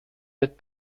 mit